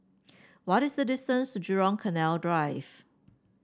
what is the distance to Jurong Canal Drive